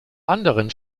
anderen